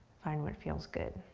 find what feels good.